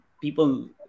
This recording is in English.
people